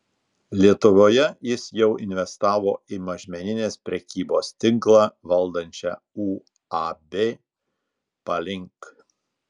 lietuvoje jis jau investavo į mažmeninės prekybos tinklą valdančią uab palink